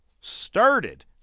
started